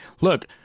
Look